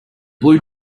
blue